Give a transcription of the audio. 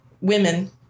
women